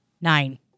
Nine